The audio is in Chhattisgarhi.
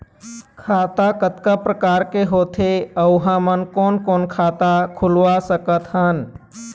खाता कतका प्रकार के होथे अऊ हमन कोन कोन खाता खुलवा सकत हन?